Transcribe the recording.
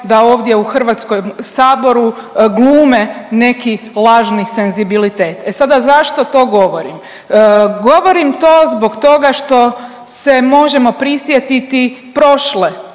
da ovdje u Hrvatskom saboru glume neki lažni senzibilitet. E sada, zašto to govorim? Govorim to zbog toga što se možemo prisjetiti prošle